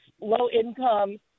low-income